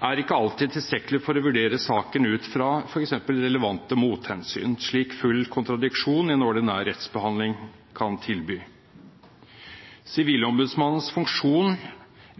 å vurdere saken ut fra f.eks. relevante mothensyn, slik full kontradiksjon i en ordinær rettsbehandling kan tilby. Sivilombudsmannens funksjon